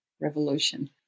revolution